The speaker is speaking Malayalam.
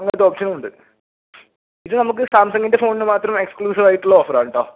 അങ്ങനത്തെ ഓപ്ഷനും ഉണ്ട് ഇത് നമുക്ക് സാംസങ്ങിൻ്റെ ഫോണിന് മാത്രം എക്സ്ക്ലൂസീവായിട്ടുള്ള ഓഫറാണ് കേട്ടോ